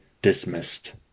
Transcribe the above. dismissed